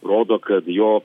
rodo kad jo